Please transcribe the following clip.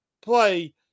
play